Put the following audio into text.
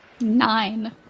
Nine